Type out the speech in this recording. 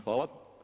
Hvala.